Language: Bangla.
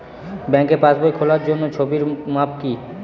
ব্যাঙ্কে পাসবই খোলার জন্য ছবির মাপ কী?